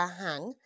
hang